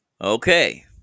Okay